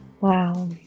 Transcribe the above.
Wow